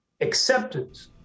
acceptance